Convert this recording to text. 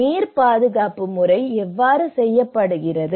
நீர் பாதுகாப்பு முறை எவ்வாறு செய்யப்படுகிறது